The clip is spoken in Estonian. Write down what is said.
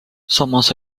samas